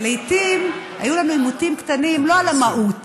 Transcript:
לעיתים היו לנו עימותים קטנים, לא על המהות